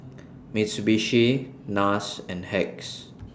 Mitsubishi Nars and Hacks